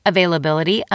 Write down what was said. Availability